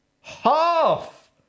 Half